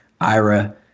Ira